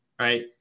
right